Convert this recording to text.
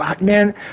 man